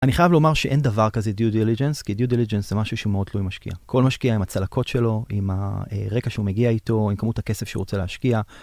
אני חייב לומר שאין דבר כזה דיו דיליג'נס, כי דיו דיליג'נס זה משהו שהוא מאוד תלוי משקיע. כל משקיע עם הצלקות שלו, עם הרקע שהוא מגיע איתו, עם כמות הכסף שהוא רוצה להשקיע...